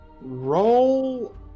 Roll